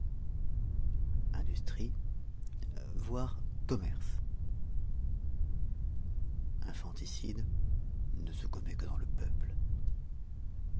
industrie v commerce infanticide ne se commet que dans le peuple